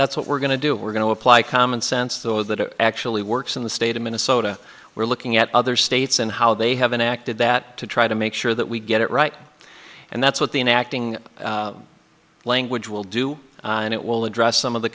that's what we're going to do we're going to apply common sense though that it actually works in the state of minnesota we're looking at other states and how they haven't acted that to try to make sure that we get it right and that's what the enacting language will do and it will address some of the